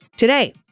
Today